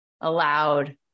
allowed